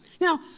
Now